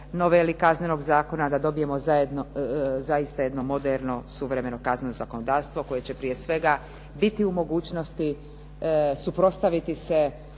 noveli Kaznenog zakona da dobijemo zaista jedno moderno suvremeno kazneno zakonodavstvo koje će prije svega biti u mogućnosti suprotstaviti se